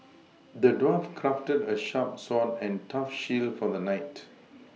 the dwarf crafted a sharp sword and a tough shield for the knight